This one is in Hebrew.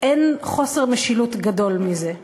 אין חוסר משילות גדול מזה.